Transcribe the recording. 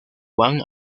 juan